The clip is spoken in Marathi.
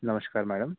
नमस्कार मॅडम